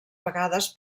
vegades